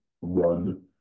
run